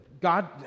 God